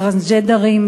טרנסג'נדרים,